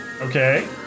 okay